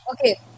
Okay